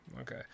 okay